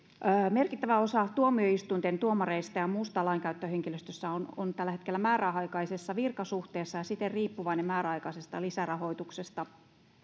merkittävä osa tuomioistuinten tuomareista ja muusta lainkäyttöhenkilöstöstä on on tällä hetkellä määräaikaisessa virkasuhteessa ja siten riippuvainen määräaikaisesta lisärahoituksesta